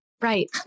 Right